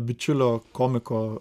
bičiulio komiko